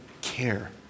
care